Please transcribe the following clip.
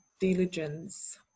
diligence